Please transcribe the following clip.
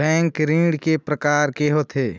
Bank ऋण के प्रकार के होथे?